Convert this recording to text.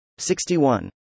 61